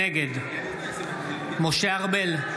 נגד משה ארבל,